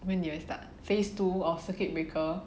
when did I start phase two of circuit breaker